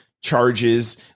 charges